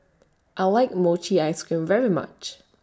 I like Mochi Ice Cream very much